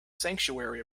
sanctuary